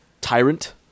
Tyrant